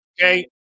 Okay